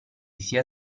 sia